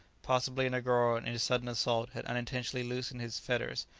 possibly negoro in his sudden assault had unintentionally loosened his fetters,